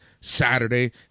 Saturday